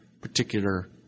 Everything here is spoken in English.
particular